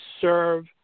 serve